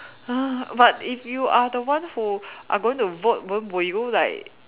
!huh! but if you are the one who are going to vote won't will you like